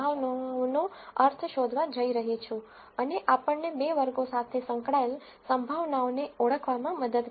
તેથી તે કરવા માટે હું પ્રોબેબ્લીટીઝનો અર્થ શોધવા જઇ રહી છું અને આ આપણને બે વર્ગો સાથે સંકળાયેલ પ્રોબેબ્લીટીઝને ઓળખવામાં મદદ કરશે